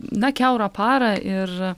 na kiaurą parą ir